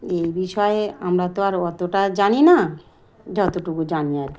এই বিষয়ে আমরা তো আর অতটা জানি না যতটুকু জানি আর কি